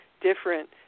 different